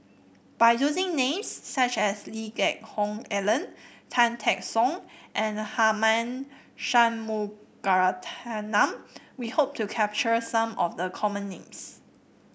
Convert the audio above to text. by using names such as Lee Geck Hoon Ellen Tan Teck Soon and Tharman Shanmugaratnam we hope to capture some of the common names